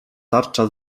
tarcza